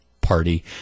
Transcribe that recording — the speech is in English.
party